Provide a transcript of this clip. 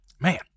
Man